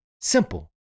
Simple